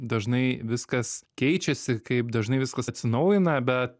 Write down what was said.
dažnai viskas keičiasi kaip dažnai viskas atsinaujina bet